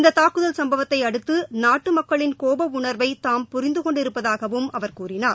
இந்த தாக்குதல் சம்பவத்தை அடுத்து நாட்டு மக்களின் கோப உணர்வை தாம் புரிந்து கொண்டிருப்பதாகவும் அவர் கூறினார்